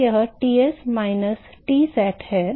तो यह Ts minus Tsat है